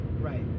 Right